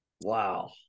wow